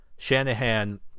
Shanahan